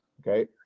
okay